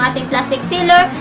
um the plastic sealer.